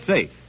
safe